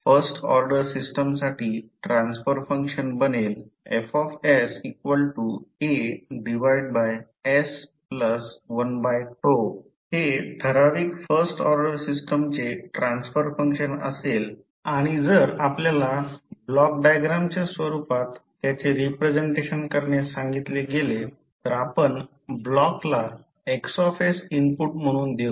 तर first order सिस्टमसाठी transfer function बनेल F AS1 हे ठराविक फर्स्ट ऑर्डर सिस्टमचे ट्रान्सफर फंक्शन असेल आणि जर आपल्याला ब्लॉक डायग्रामच्या स्वरूपात त्याचे रिप्रेझेंटेशन करण्यास सांगितले गेले तर आपण ब्लॉकला X इनपुट म्हणून देऊ